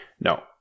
No